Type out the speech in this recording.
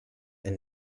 and